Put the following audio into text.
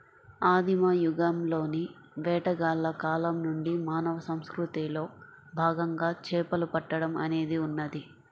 ఆదిమ యుగంలోని వేటగాళ్ల కాలం నుండి మానవ సంస్కృతిలో భాగంగా చేపలు పట్టడం అనేది ఉన్నది